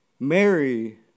Mary